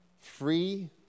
free